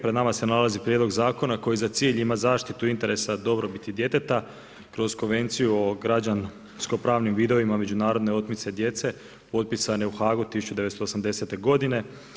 Pred nama se nalazi prijedlog zakona koji za cilj ima zaštitu interesa dobrobiti djeteta kroz konvenciju o građansko pravnim vidovima međunarodne otmice djece potpisane u HAG-u 1980. godine.